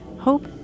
Hope